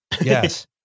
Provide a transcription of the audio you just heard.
Yes